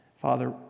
Father